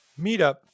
meetup